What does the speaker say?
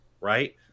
right